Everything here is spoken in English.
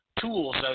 tools